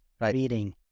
reading